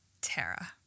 Tara